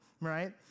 right